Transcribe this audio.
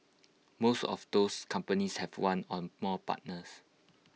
most of those companies have one or more partners